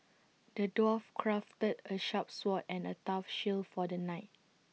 the dwarf crafted A sharp sword and A tough shield for the knight